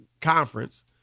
conference